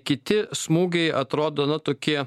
kiti smūgiai atrodo na tokie